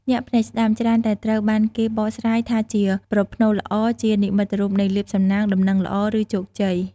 ញាក់ភ្នែកស្តាំ ច្រើនតែត្រូវបានគេបកស្រាយថាជាប្រផ្នូល ល្អ ជានិមិត្តរូបនៃលាភសំណាង ដំណឹងល្អ ឬជោគជ័យ។